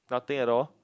nothing at all